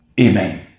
Amen